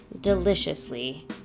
deliciously